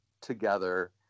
together